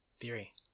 theory